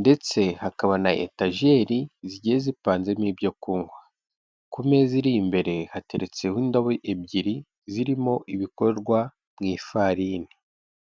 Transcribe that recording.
ndetse hakaba na etajeri zigiye zipanzemo ibyo kunywa. Ku meza iri imbere hateretseho indabo ebyiri zirimo ibikorwa mu ifarini.